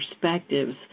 perspectives